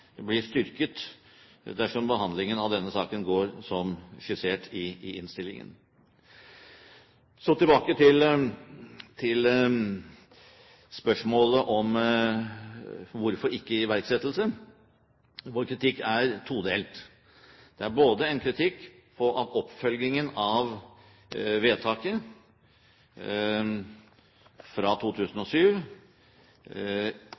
blir styrket dersom behandlingen av denne saken går som skissert i innstillingen. Så tilbake til spørsmålet om hvorfor ikke iverksettelse av lovvedtaket. Vår kritikk er todelt. Det er både en kritikk av at vedtaket fra